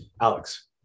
Alex